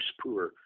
poor